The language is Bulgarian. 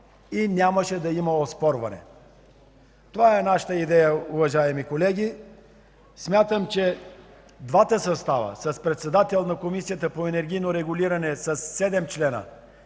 и нямаше да има оспорване. Това е нашата идея, уважаеми колеги. Смятам, че двата състава с председател на Комисията по енергийно регулиране със седем члена